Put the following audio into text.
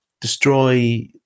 destroy